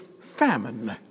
famine